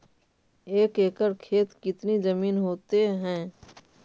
एक एकड़ खेत कितनी जमीन होते हैं?